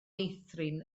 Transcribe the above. meithrin